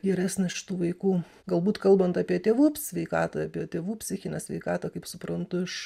geresnis šitų vaikų galbūt kalbant apie tėvų sveikatą apie tėvų psichinę sveikatą kaip suprantu iš